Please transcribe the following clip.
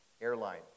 airline